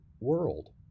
world